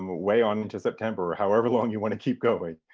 way on into september or however long you want to keep going.